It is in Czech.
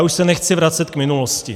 Už se nechci vracet k minulosti.